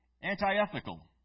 anti-ethical